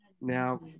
Now